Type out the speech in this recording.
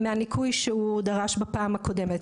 מהניכוי שהוא דרש בפעם הקודמת.